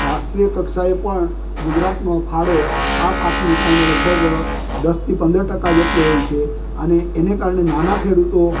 રાષ્ટ્રીય કક્ષાએ પણ ગુજરાતનો ફાળો આ પાકની કારણે લગભગ દસથી પંદર ટકા જેટલો હોય છે અને એને કારણે નાના ખેડૂતો